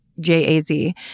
J-A-Z